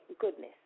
goodness